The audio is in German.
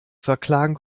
verklagen